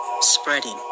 spreading